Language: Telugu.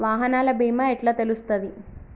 వాహనాల బీమా ఎట్ల తెలుస్తది?